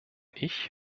ich